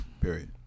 Period